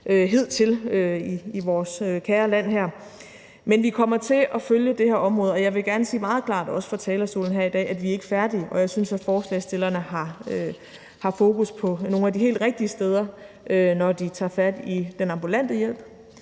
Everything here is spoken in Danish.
hidtil i vores kære land her. Men vi kommer til at følge det her område, og jeg vil gerne sige meget klart også fra talerstolen her i dag, at vi ikke er færdige, og jeg synes, at forslagsstillerne har fokus på nogle af de helt rigtige steder, når de tager fat i den ambulante hjælp,